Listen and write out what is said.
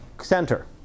center